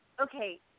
okay